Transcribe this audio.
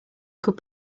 could